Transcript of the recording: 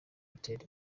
ted